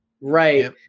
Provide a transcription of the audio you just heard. Right